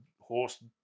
horse